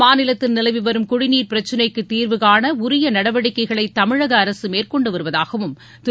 மாநிலத்தில் நிலவிவரும் குடிநீர் பிரச்னைக்கு தீர்வுகாண உரிய நடவடிக்கைகளை தமிழக அரசு மேற்கொண்டு வருவதாகவும் திரு